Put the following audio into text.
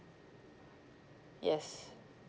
yes